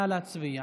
נא להצביע.